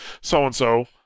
so-and-so